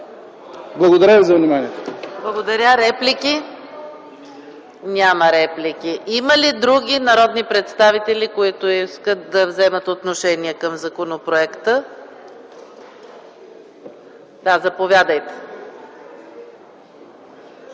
ЕКАТЕРИНА МИХАЙЛОВА: Благодаря. Реплики? Няма реплики. Има ли други народни представители, които искат да вземат отношение по законопроекта? Да, заповядайте.